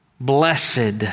blessed